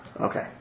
Okay